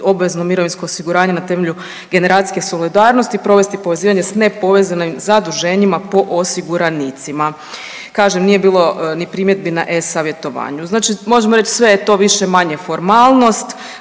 obvezno mirovinsko osiguranje na temelju generacijske solidarnosti provesti povezivanje s nepovezanih zaduženjima po osiguranicima. Kažem, nije bilo ni primjedbi na e-Savjetovanju. Znači možemo reći, sve je to više-manje formalnost,